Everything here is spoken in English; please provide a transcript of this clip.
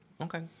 Okay